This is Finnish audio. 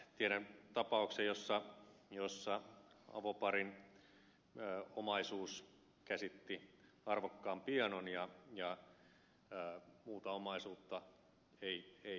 tiedän tapauksen jossa avoparin omaisuus käsitti arvokkaan pianon ja muuta omaisuutta ei ollut